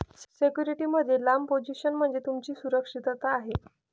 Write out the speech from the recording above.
security मध्ये लांब position म्हणजे तुमची सुरक्षितता आहे